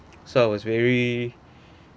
so I was very